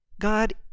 God